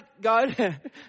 God